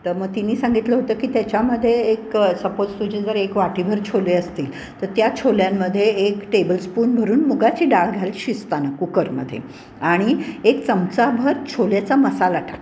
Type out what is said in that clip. तर मग तिनी सांगितलं होतं की त्याच्यामध्ये एक सपोज तुझे जर एक वाटीभर छोले असतील तर त्या छोल्यांमध्ये एक टेबलस्पून भरून मुगाची डाळ घाल शिजतानं कुकरमध्ये आणि एक चमचाभर छोल्याचा मसाला टाक